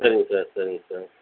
சரிங்க சார் சரிங்க சார்